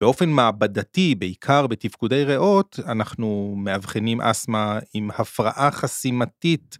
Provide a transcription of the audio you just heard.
באופן מעבדתי, בעיקר בתפקודי ריאות, אנחנו מאבחנים אסתמה עם הפרעה חסימתית.